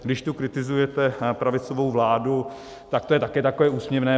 Když tu kritizujete pravicovou vládu, tak to je také takové úsměvné.